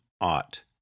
ought